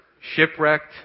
Shipwrecked